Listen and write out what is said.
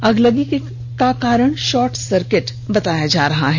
अगलगी का कारण शॉर्ट सर्किट बताया जा रहा है